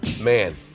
man